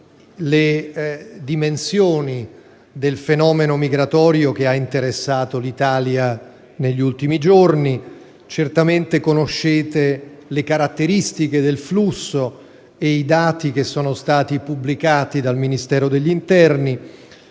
le dimensioni del fenomeno migratorio che ha interessato l'Italia negli ultimi giorni e conoscete le caratteristiche del flusso e i dati che sono stati pubblicati dal Ministero dell'interno.